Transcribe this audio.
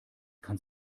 kann